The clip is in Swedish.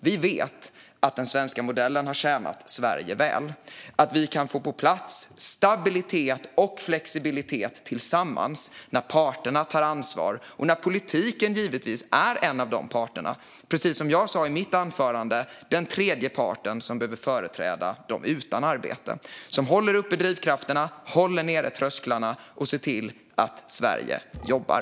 Vi vet att den svenska modellen har tjänat Sverige väl och att vi kan få på plats stabilitet och flexibilitet tillsammans när parterna tar ansvar. Politiken givetvis är en av dessa parter. Den är, precis som jag sa i mitt anförande, den tredje parten som behöver företräda dem utan arbete och som håller drivkrafterna uppe, håller trösklarna nere och ser till att Sverige jobbar.